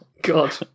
God